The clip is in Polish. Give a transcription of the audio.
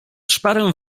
szparę